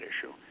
issue